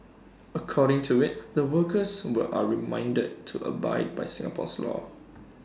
according to IT the workers are reminded to abide by Singapore's law